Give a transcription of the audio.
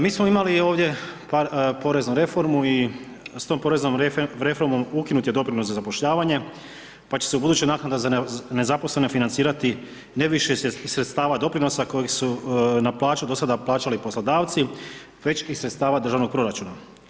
Mi smo imali ovdje poreznu reformu i s tom poreznom reformom ukinut je doprinos za zapošljavanje pa će se u buduće naknada za nezaposlene financirati ne više iz sredstava doprinosa koji su na plaće do sada plaćali poslodavci već iz sredstava državnog proračuna.